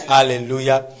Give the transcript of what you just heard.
Hallelujah